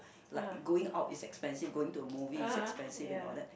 like going out is expensive going to the movie is expensive and all that